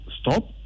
stop